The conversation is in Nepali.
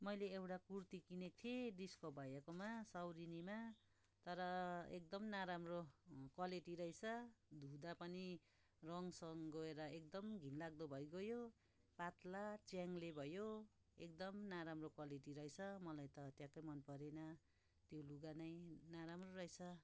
मैले एउटा कुर्ती किनेको थिएँ दिसको भैयाकोमा सौरेनीमा तर एकदम नराम्रो क्वालिटी रहेछ धुँदा पनि रङसङ गएर एकदम घिनलाग्दो भइगयो पातला च्याङ्ले भयो एकदम नराम्रो क्वालिटी रहेछ मलाई त ट्याक्कै मनपरेन त्यो लुगा नै नराम्रो रहेछ